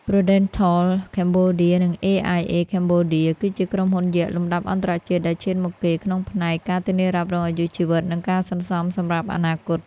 Prudential Cambodia និង AIA Cambodia គឺជាក្រុមហ៊ុនយក្សលំដាប់អន្តរជាតិដែលឈានមុខគេក្នុងផ្នែក ការធានារ៉ាប់រងអាយុជីវិត និងការសន្សំសម្រាប់អនាគត។